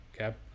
Okay